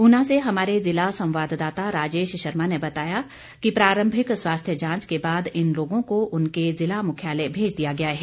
ऊना से हमारे जिला संवाददाता राजेश शर्मा ने बताया कि प्रारंभिक स्वास्थ्य जांच के बाद इन लोगों को उनके जिला मुख्यालय भेज दिया गया है